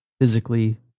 Physically